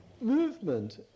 movement